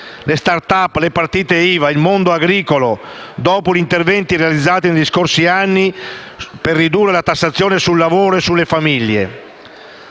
le *start up*, le partite IVA, il mondo agricolo) per diminuire, dopo gli interventi realizzati negli scorsi anni, la tassazione sul lavoro e sulle famiglie.